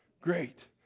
Great